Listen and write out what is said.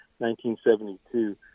1972